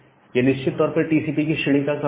यह निश्चित तौर पर टीसीपी की श्रेणी का सॉकेट है